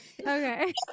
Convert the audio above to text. okay